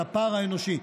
על הפער האנושי.